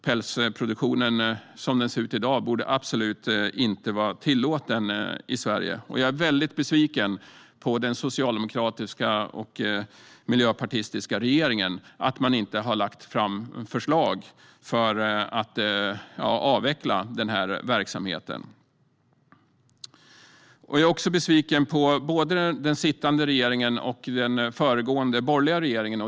Pälsproduktionen, sådan den ser ut i dag, borde absolut inte vara tillåten i Sverige. Jag är väldigt besviken på att den socialdemokratiska och miljöpartistiska regeringen inte har lagt fram förslag för att avveckla denna verksamhet. Jag är också besviken på både den sittande regeringen och den föregående, borgerliga regeringen.